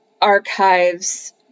archives